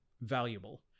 valuable